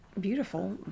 beautiful